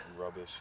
rubbish